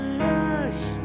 lush